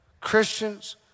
Christians